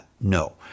no